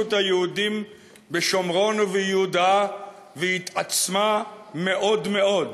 התיישבות היהודים בשומרון וביהודה והתעצמה במאוד מאוד,